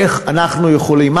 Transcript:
איך אנחנו יכולים,